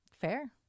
Fair